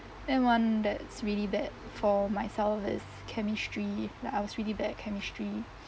then one that's really bad for myself is chemistry like I was really bad at chemistry